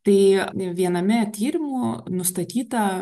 tai viename tyrimų nustatyta